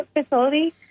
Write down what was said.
facility